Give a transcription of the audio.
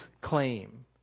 claim